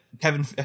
Kevin